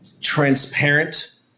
transparent